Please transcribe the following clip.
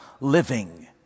living